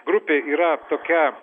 grupė yra tokia